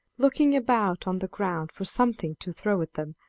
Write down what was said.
looking about on the ground for something to throw at them,